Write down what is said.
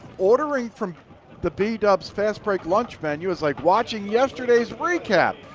ordering from the b-dubs fast break lunch menu is like watching yesterday's recap.